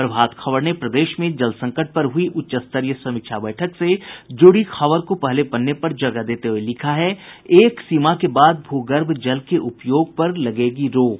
प्रभात खबर ने प्रदेश में जल संकट पर हुई उच्चस्तरीय समीक्षा बैठक से जुड़ी खबर को पहले पन्ने पर जगह देते हुये लिखा है एक सीमा के बाद भू गर्भ जल के उपयोग पर लगेगी रोक